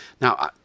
Now